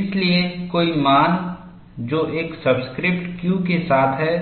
इसलिए कोई मान जो एक सब्स्क्रिप्ट Q के साथ है